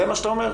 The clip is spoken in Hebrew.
זה מה שאתה אומר?